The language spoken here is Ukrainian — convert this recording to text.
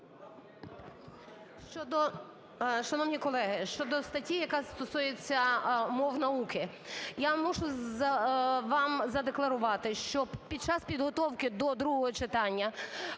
Шановні колеги, щодо статті, яка стосується мов науки. Я мушу вам задекларувати, що під час підготовки до другого читання